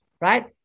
right